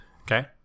okay